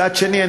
מצד שני,